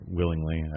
willingly